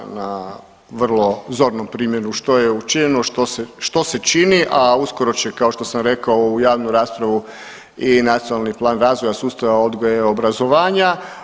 Evo, imate na, na vrlo zornom primjeru što je učinjeno, što se čini, a uskoro će, kao što sam rekao, u javnu raspravu i Nacionalni plan razvoja sustava odgoja i obrazovanja.